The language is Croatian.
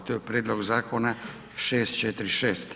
To je prijedlog zakona 646.